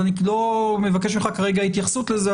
אני לא מבקש ממך כרגע התייחסות לזה,